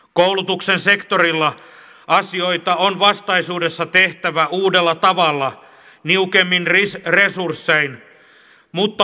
koulutuksen sektorilla asioita on vastaisuudessa tehtävä uudella tavalla niukemmin resurssein mutta laadukkaasti